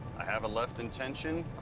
i have a left intention.